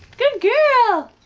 good girl,